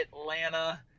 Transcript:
Atlanta